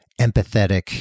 empathetic